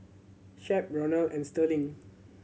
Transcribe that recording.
shep Ronald and Starling